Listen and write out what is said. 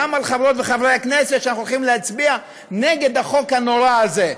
גם על חברות וחברי הכנסת שהולכים להצביע נגד החוק הנורא הזה.